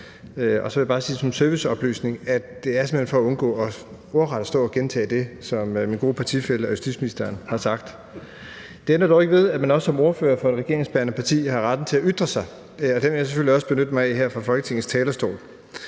Så jeg vil bare sige som en serviceoplysning, at det simpelt hen er for at undgå ordret at stå og gentage det, som min gode partifælle, justitsministeren, har sagt. Det ændrer dog ikke ved, at man også som ordfører for et regeringsbærende parti har retten til at ytre sig, og den vil jeg selvfølgelig også benytte mig af her fra Folketingets talerstol.